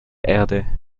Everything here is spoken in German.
erde